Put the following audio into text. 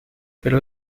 pero